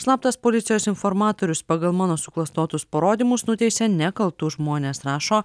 slaptas policijos informatorius pagal mano suklastotus parodymus nuteisė nekaltus žmones rašo